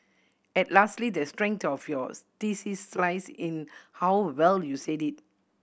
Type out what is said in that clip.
and lastly the strength of your theses lies in how well you said it